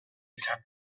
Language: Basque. izan